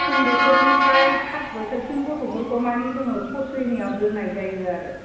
थिन बोसोरनिफ्राय फास बोसोरसिम गथ'फोरखौ माने जोङो ख' स्रेनियाव दोननाय जायो आरो